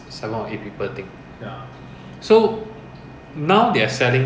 and then the government never address this before traffic police never address this before